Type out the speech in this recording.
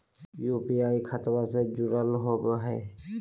UPI खतबा से जुरल होवे हय?